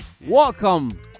welcome